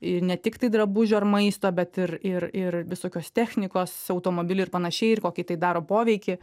ir ne tiktai drabužių ar maisto bet ir ir ir visokios technikos automobilių ir panašiai ir kokį tai daro poveikį